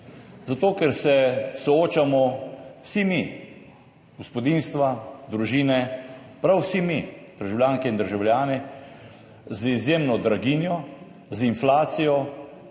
Zato ker se soočamo vsi mi, gospodinjstva, družine, prav vsi državljanke in državljani z izjemno draginjo, z inflacijo,